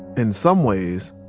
in some ways,